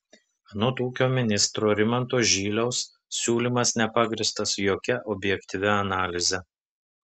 anot ūkio ministro rimanto žyliaus siūlymas nepagrįstas jokia objektyvia analize